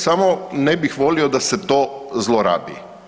Samo ne bih volio da se to zlorabi.